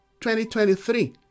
2023